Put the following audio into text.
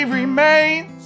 remains